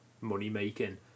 money-making